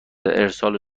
ارسال